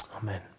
amen